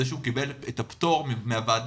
העובדה שהוא קיבל את הפטור מהוועדה,